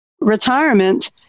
retirement